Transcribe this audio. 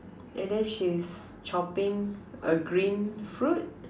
and then she's chopping a green fruit